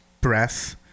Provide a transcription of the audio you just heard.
breath